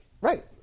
Right